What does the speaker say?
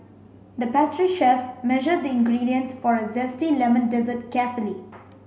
the pastry chef measured the ingredients for a zesty lemon dessert carefully